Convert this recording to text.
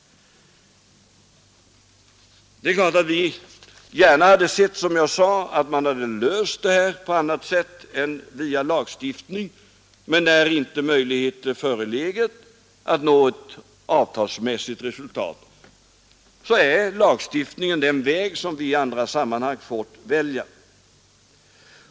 Det är klart att vi gärna hade sett, som jag sade, att man hade löst det här på annat sätt än via lagstiftning. Men när inte möjligheter förelegat att nå ett avtalsmässigt resultat, så är lagstiftningen den väg som vi i andra sammanhang fått välja.